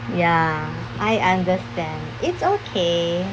ya I understand it's okay